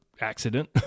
accident